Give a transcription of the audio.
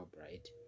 right